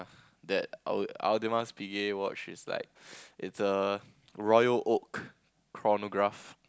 that watch it's like it's a royal oak chronograph